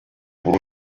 pour